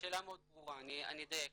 השאלה מאוד ברורה, אני אדייק.